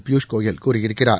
பியூஷ் கோயல் கூறியிருக்கிறார்